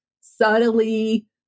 subtly